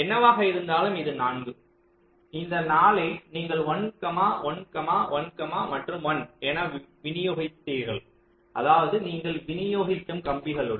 என்னவாக இருந்தாலும் இது 4 இந்த 4 நீங்கள் 1 1 1 மற்றும் 1 என விநியோகித்தீர்கள் அதாவது நீங்கள் விநியோகிக்கும் கம்பிகளுடன்